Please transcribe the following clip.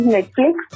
Netflix